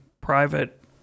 private